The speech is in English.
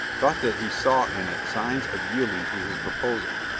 thought that he saw in it signs of yielding to his proposal,